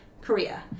Korea